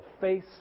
face